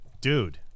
Dude